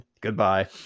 Goodbye